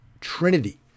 trinity